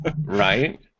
Right